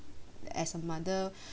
as a mother